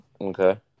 Okay